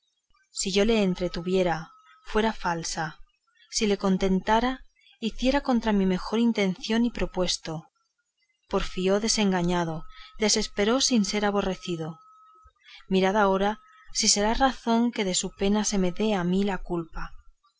si yo le entretuviera fuera falsa si le contentara hiciera contra mi mejor intención y prosupuesto porfió desengañado desesperó sin ser aborrecido mirad ahora si será razón que de su pena se me dé a mí la culpa